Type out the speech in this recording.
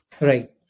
Right